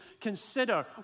consider